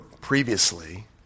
previously